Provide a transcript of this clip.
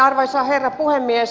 arvoisa herra puhemies